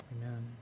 Amen